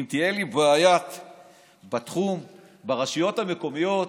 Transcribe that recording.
אם תהיה לי בעיה ברשויות המקומיות,